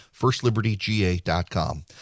FirstLibertyGA.com